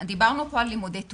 דיברנו פה על לימודי תעודה.